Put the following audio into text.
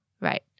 Right